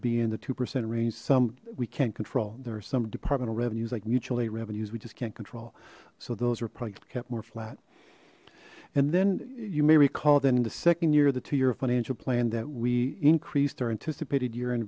be in the two percent range some we can't control there are some departmental revenues like mutual aid revenues we just can't control so those are probably kept more flat and then you may recall that in the second year the two year financial plan that we increased our anticipated